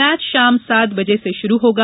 match शाम सात बजे से शुरू होगा